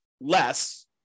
less